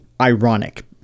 ironic